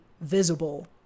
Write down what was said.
visible